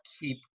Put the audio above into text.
keep